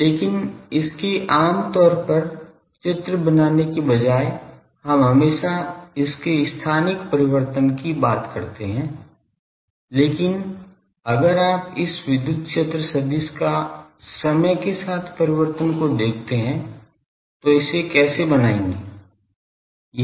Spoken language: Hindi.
लेकिन इसके आम तौर पर चित्र बनाने के बजाय हम हमेशा इसके स्थानिक परिवर्तन की बात करते हैं लेकिन अगर आप इस विद्युत क्षेत्र सदिश का समय के साथ परिवर्तन को देखते हैं तो इसे कैसे बनाएंगे